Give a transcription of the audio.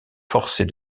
forcée